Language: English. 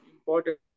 important